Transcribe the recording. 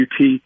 UT